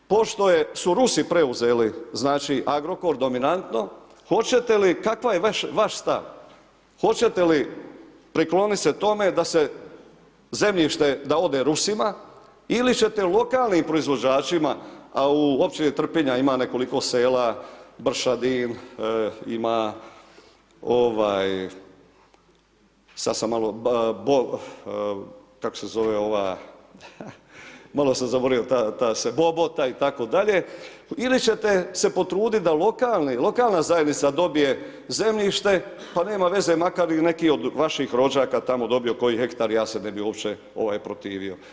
Pošto su Rusi preuzeli znači Agrokor, dominantno, hoćete li, kakav je vaš stav, hoćete li priklonit se tome da se zemljište da ode Rusima ili ćete lokalnim proizvođačima, a u općini Tripinja ima nekoliko sela Bršadin ima ovaj sad sam malo, kako se zove ova, malo sam zaboravio ta se, Bobota itd. ili ćete se potrudit da lokalna zajednica dobije zemljište pa nema veze makar i neki od vaših rođaka tamo dobio koji hektar ja se ne bi uopće ovaj protivio.